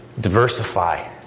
diversify